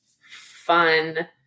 fun